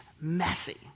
messy